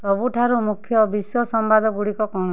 ସବୁଠାରୁ ମୁଖ୍ୟ ବିଶ୍ୱ ସମ୍ବାଦଗୁଡ଼ିକ କ'ଣ